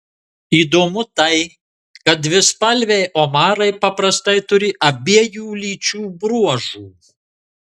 įdomu tai kad dvispalviai omarai paprastai turi abiejų lyčių bruožų